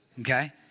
okay